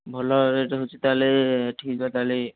ଭଲ ରେଟ୍ ହେଉଛି ତା'ହେଲେ ଏଠିକି ଯିବା ତା'ହେଲେ